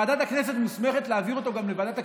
ועדת הכנסת מוסמכת להעביר אותו גם לוועדת הכספים.